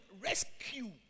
rescue